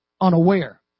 unaware